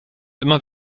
immer